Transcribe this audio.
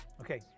Okay